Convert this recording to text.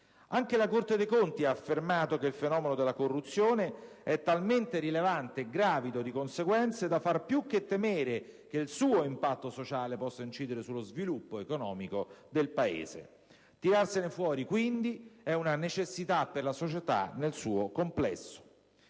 Anche la Corte dei conti ha affermato che «il fenomeno della corruzione è talmente rilevante e gravido di conseguenze da far più che temere che il suo impatto sociale possa incidere sullo sviluppo economico del Paese». Tirarsene fuori, quindi, è una necessità per la società nel suo complesso.